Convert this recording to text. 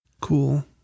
Cool